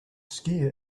skier